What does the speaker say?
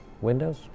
Windows